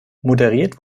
moderiert